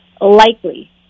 Likely